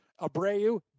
Abreu